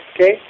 okay